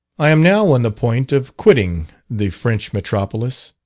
i am now on the point of quitting the french metropolis.